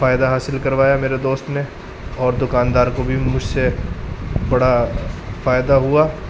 فائدہ حاصل کروایا میرے دوست نے اور دکاندار کو بھی مجھ سے بڑا فائدہ ہوا